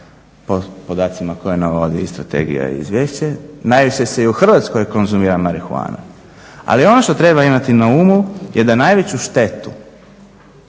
po podacima koje navodi i strategija i izvješće, najviše se i u Hrvatskoj konzumira marihuana. Ali ono što treba imati na umu je da najveću štetu